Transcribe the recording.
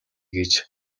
гэж